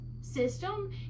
system